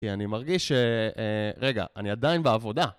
כי אני מרגיש ש... רגע, אני עדיין בעבודה.